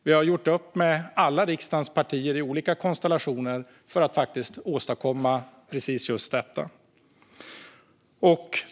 Vi har gjort upp med alla riksdagens partier i olika konstellationer för att faktiskt åstadkomma just detta.